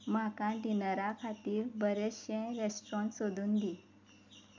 म्हाका डिनरा खातीर बरेचशें रेस्टॉरंट सोदून दी